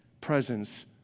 presence